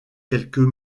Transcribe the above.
quelques